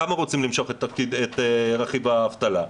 כמה רוצים למשוך את רכיב האבטלה?